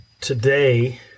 today